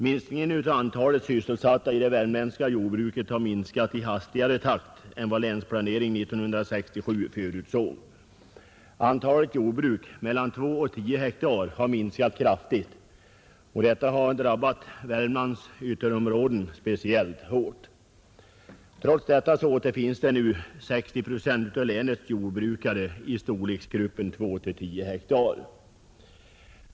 Minskningen av antalet sysselsatta i det värmländska jordbruket har gått i hastigare takt än vad Länsplanering 67 förutsåg. Antalet jordbruk mellan 2 och 10 hektar har minskat kraftigt, och detta har drabbat Värmlands ytterområden speciellt hårt. Trots detta återfinns nu 60 procent av länets jordbruk i storleksgruppen 2—10 hektar.